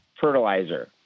fertilizer